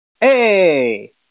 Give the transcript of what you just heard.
Hey